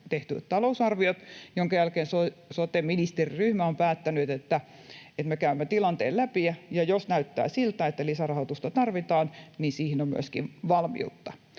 tehty talousarvio, minkä jälkeen sote-ministeriryhmä on päättänyt, että me käymme tilanteen läpi. Ja jos näyttää siltä, että lisärahoitusta tarvitaan, niin siihen on myöskin valmiutta.